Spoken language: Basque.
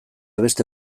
beste